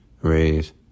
raise